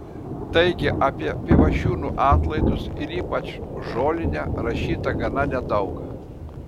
taigi apie pivašiūnų atlaidus ir ypač žolinę rašyta gana nedaug